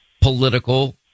political